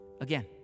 again